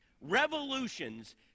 Revolutions